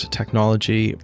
technology